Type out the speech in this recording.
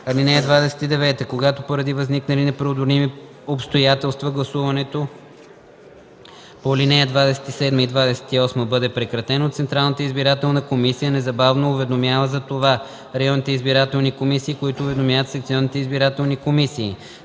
(29) Когато поради възникнали непреодолими обстоятелства гласуването по ал. 27 и 28 бъде прекратено, Централната избирателна комисия незабавно уведомява за това районните избирателни комисии, които уведомяват